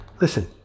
Listen